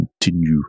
continue